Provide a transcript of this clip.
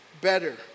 better